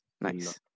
nice